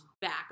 back